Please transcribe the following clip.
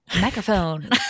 microphone